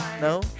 No